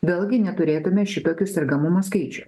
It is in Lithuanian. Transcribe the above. vėlgi neturėtume šitokių sergamumo skaičių